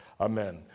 Amen